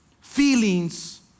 feelings